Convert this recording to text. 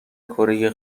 کره